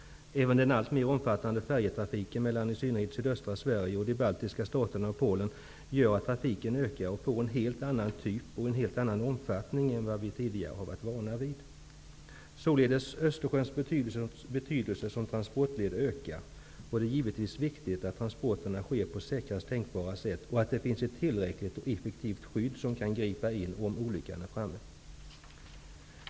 Även den allt mer omfattande färjetrafiken mellan i synnerhet sydöstra Sverige och de baltiska staterna och Polen gör att trafiken har ökat och fått en helt annan typ och omfattning än vad vi tidigare har varit vana vid. Således ökar Östersjöns betydelse som transportled. Det är givetvis viktigt att transporterna sker på säkrast tänkbara sätt och att det finns ett tillräckligt och effektivt skydd som kan gripa in om olyckan är framme.